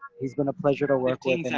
he's been a pleasure to work.